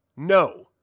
No